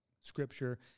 scripture